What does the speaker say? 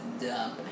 dump